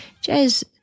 Jazz